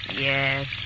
Yes